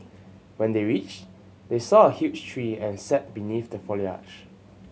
when they reached they saw a huge tree and sat beneath the foliage